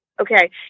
Okay